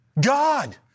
God